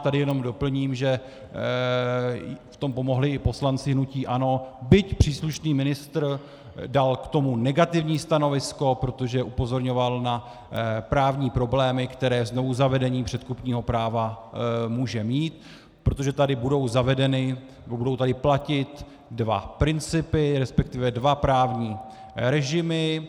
Tady jenom doplním, že v tom pomohli i poslanci hnutí ANO, byť příslušný ministr dal k tomu negativní stanovisko, protože upozorňoval na právní problémy, které znovuzavedení předkupního práva může mít, protože tady budou zavedeny, nebo budou tady platit dva principy, resp. dva právní režimy.